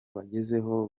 bagezeho